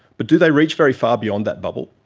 but do they reach very far beyond that bubble?